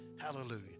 Hallelujah